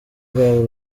rwabo